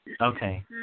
okay